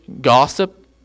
gossip